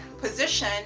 position